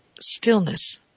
stillness